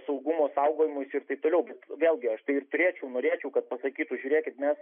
saugumo saugojimuisi ir taip toliau bet vėlgi aš tai ir turėčiau norėčiau kad pasakytų žiūrėkit mes